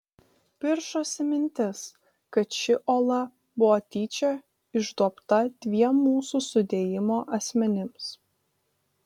piršosi mintis kad ši ola buvo tyčia išduobta dviem mūsų sudėjimo asmenims